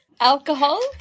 Alcohol